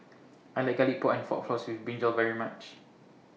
I like Garlic Pork and fork Floss with Brinjal very much